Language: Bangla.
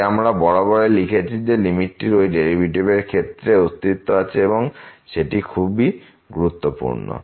তাই আমরা বারেবারে লিখেছি যে লিমিটটির ওই ডেরিভেটিভ এর ক্ষেত্রে অস্তিত্ব আছে এবং সেটি খুবই গুরুত্বপূর্ণ